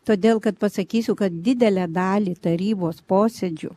todėl kad pasakysiu kad didelę dalį tarybos posėdžių